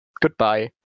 goodbye